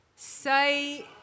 say